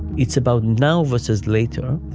it's about now versus later,